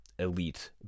elite